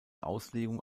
auslegung